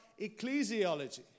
ecclesiology